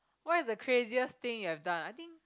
what is the craziest thing you have done I think